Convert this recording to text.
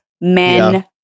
men